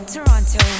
Toronto